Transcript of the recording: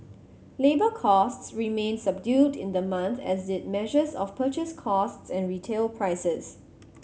labour costs remained subdued in the month as did measures of purchase costs and retail prices